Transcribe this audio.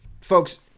Folks